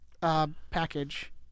package